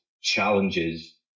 challenges